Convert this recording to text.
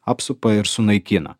apsupa ir sunaikina